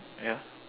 ya